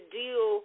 deal